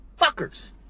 Fuckers